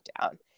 down